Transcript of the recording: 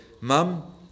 Mum